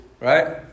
Right